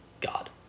God